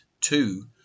two